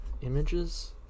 Images